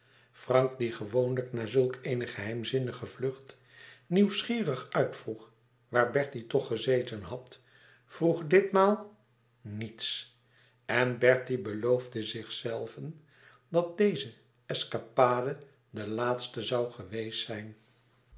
frank die gewoonlijk na zulk eene geheimzinnige vlucht nieuwsgierig uitvroeg waar bertie toch gezeten had vroeg ditmaal niets en bertie beloofde zichzelven dat deze escapade de laatste zoû geweest zijn